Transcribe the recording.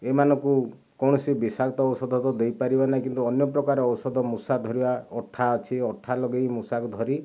ଏମାନଙ୍କୁ କୌଣସି ବିଷାକ୍ତ ଔଷଧ ତ ଦେଇପାରିବା ନାହିଁ କିନ୍ତୁ ଅନ୍ୟପ୍ରକାର ଔଷଧ ମୂଷା ଧରିବା ଅଠା ଅଛି ଅଠା ଲଗାଇ ମୂଷାକୁ ଧରି